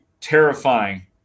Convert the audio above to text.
terrifying